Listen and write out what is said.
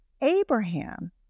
Abraham